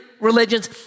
religions